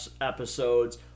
episodes